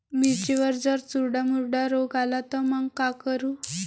मिर्चीवर जर चुर्डा मुर्डा रोग आला त मंग का करू?